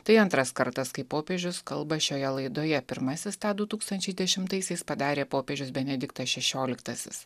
tai antras kartas kai popiežius kalba šioje laidoje pirmasis tą du tūkstančiai dešimtaisiais padarė popiežius benediktas šešioliktasis